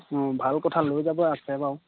অঁ ভাল কথা লৈ যাব আছে বাৰু